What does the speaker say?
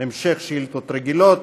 המשך שאילתות רגילות.